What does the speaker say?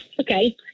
okay